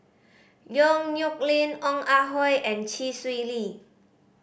Yong Nyuk Lin Ong Ah Hoi and Chee Swee Lee